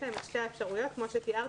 יש להן את שתי האפשרויות כפי שתיארתי,